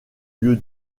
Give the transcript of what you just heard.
lieu